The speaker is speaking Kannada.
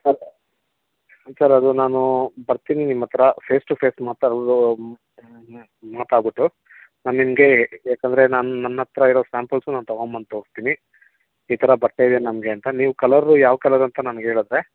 ಸರ್ ಅದು ನಾನು ಬರ್ತೀನಿ ನಿಮ್ಮ ಹತ್ರ ಫೇಸ್ ಟು ಫೇಸ್ ಮಾತಾಡಲು ಮಾತಾಡ್ಬಿಟ್ಟು ನಾನು ನಿಮಗೆ ಯಾಕಂದರೆ ನಾನು ನನ್ನ ಹತ್ರ ಇರೋ ಸ್ಯಾಂಪಲ್ಸು ನಾನು ತಗೊಂಬಂದು ತೋರಿಸ್ತೀನಿ ಈ ಥರ ಬಟ್ಟೆ ಇದೆ ನಮಗೆ ಅಂತ ನೀವು ಕಲರ್ರು ಯಾವ ಕಲರ್ ಅಂತ ನನಗೆ ಹೇಳದ್ರೆ